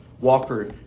Walker